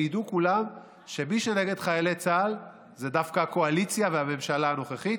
וידעו כולם שמי שנגד חיילי צה"ל זה דווקא הקואליציה והממשלה הנוכחית,